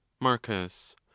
Marcus